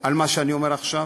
על מה שאני אומר עכשיו,